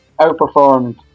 outperformed